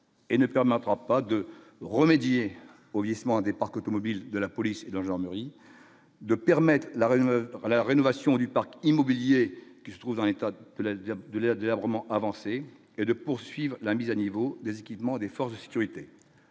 et ne permettra pas de remédier au vieillissement des parcs automobiles de la police Jean-Marie de permettre la région à la rénovation du parc immobilier qui se trouve dans l'État de la de la délabrement avancé et de poursuivre la mise à niveau des équipements des forces de sécurité,